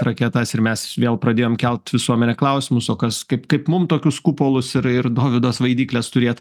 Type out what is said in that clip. raketas ir mes vėl pradėjom kelt visuomenė klausimus o kas kaip kaip mum tokius kupolus ir ir dovydo svaidykles turėt